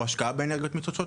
או השקעה באנרגיות מתחדשות,